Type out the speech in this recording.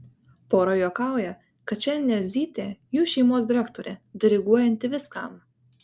pora juokauja kad šiandien elzytė jų šeimos direktorė diriguojanti viskam